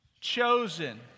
chosen